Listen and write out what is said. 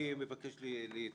אני רוצה להתייחס,